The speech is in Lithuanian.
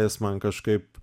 jis man kažkaip